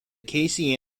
casey